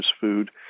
food